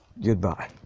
Goodbye